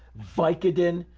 vicodin,